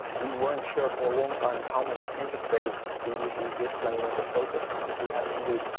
we weren't sure for a long time how much interface we would be displaying with the focus because we had, indeed,